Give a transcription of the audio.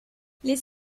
les